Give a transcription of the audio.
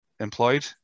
employed